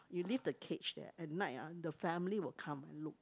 you leave the cage there at night ah the family will come and look